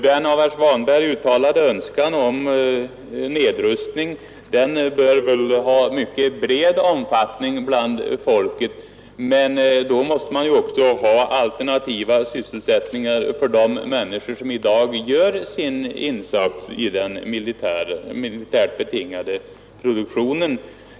Den av herr Svanberg uttalade önskan om nedrustning delas säkerligen av en mycket stor del av svenska folket, men det behövs naturligtvis också alternativa sysselsättningar för de människor som i dag gör sin insats i den militärt betingade produktionen.